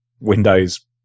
Windows